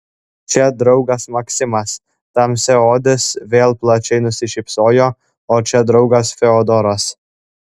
čia draugas maksimas tamsiaodis vėl plačiai nusišypsojo o čia draugas fiodoras